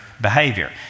behavior